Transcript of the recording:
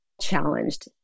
challenged